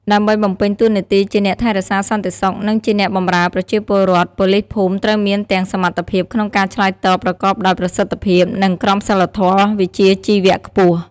ដើម្បីបំពេញតួនាទីជាអ្នកថែរក្សាសន្តិសុខ និងជាអ្នកបម្រើប្រជាពលរដ្ឋ ប៉ូលីសភូមិត្រូវមានទាំងសមត្ថភាពក្នុងការឆ្លើយតបប្រកបដោយប្រសិទ្ធភាព និងក្រមសីលធម៌វិជ្ជាជីវៈខ្ពស់។